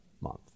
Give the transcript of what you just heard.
month